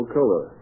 color